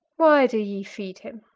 why do ye feed him?